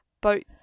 boat